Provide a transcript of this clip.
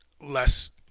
less